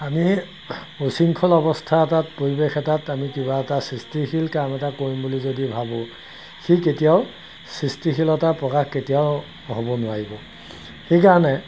আমি উশৃংখল অৱস্থা এটাত পৰিৱেশ এটাত আমি কিবা এটা সৃষ্টিশীল কাম এটা কৰিম বুলি যদি ভাবোঁ সি কেতিয়াও সৃষ্টিশীলতাৰ প্ৰকাশ কেতিয়াও হ'ব নোৱাৰিব সেইকাৰণে